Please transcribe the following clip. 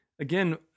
again